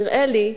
נראה לי,